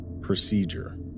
Procedure